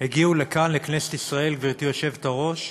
שהגיעו לכאן, לכנסת ישראל, גברתי היושבת-ראש,